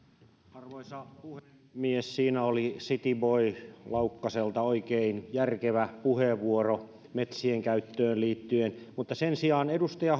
arvoisa puhemies siinä oli city boy laukkaselta oikein järkevä puheenvuoro metsien käyttöön liittyen sen sijaan kun edustaja